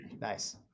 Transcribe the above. Nice